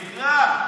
תקרא.